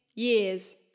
years